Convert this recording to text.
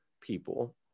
people